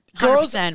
Girls